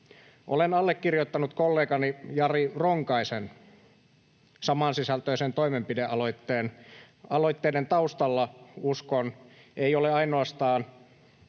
Olen allekirjoittanut kollegani Jari Ronkaisen samansisältöisen toimenpidealoitteen. Aloitteiden taustalla, uskon, ei ole ainoastaan